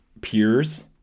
peers